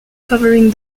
covering